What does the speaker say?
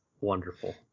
Wonderful